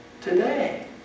today